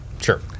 Sure